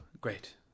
Great